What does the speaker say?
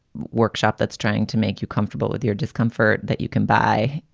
workshop that's trying to make you comfortable with your discomfort that you can buy.